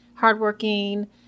hardworking